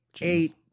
eight